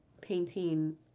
painting